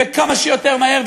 וכמה שיותר מהר,